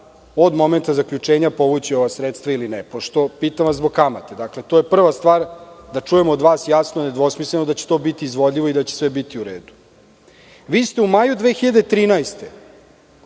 od momenta zaključenja povući ova sredstva ili ne? Pitam vas zbog kamate. Dakle, to je prva stvar koju treba da čujemo od vas jasno i nedvosmisleno, da će to biti izvodljivo i da će sve biti uredu. Vi ste u maju 2013.